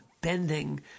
bending